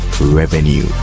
revenue